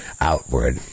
outward